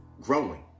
growing